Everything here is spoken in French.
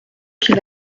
qu’il